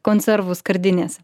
konservų skardinėse